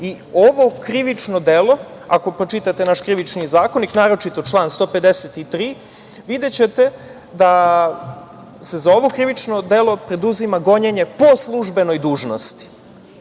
Ovo krivično delo, ako pročitate naš Krivični zakonik, naročito član 153, videćete da se za ovo krivično delo preduzima gonjenje po službenoj dužnosti. Zato